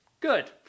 Good